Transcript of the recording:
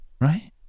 right